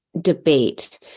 debate